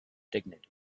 dignity